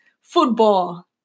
Football